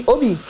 Obi